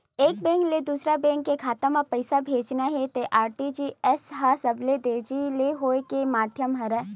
एक बेंक ले दूसर बेंक के खाता म पइसा भेजना हे त आर.टी.जी.एस ह सबले तेजी ले होए के माधियम हरय